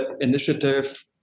initiative